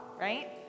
right